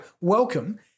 welcome